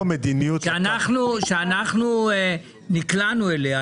-- שאנחנו נקלענו אליה,